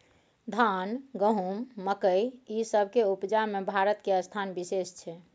धान, गहूम, मकइ, ई सब के उपजा में भारत के स्थान विशेष छै